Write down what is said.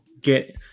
get